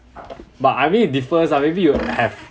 but I mean it differs ah maybe you have